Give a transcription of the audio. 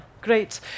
great